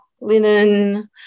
linen